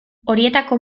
horietako